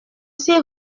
six